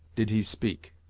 did he speak.